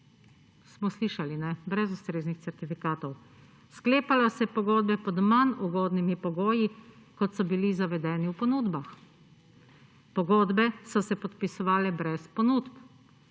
Smo slišali, kajne? Brez ustreznih certifikatov. Sklepalo se je pogodbe pod manj ugodnimi pogoji, kot so bili zavedeni v ponudbah. Pogodbe so se podpisovale brez ponudb.